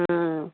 ம்